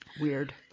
weird